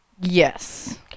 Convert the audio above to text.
Yes